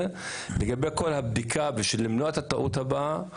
לגבי הבדיקות וכדי למנוע את הטעות הבאה,